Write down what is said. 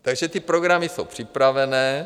Takže ty programy jsou připravené.